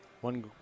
One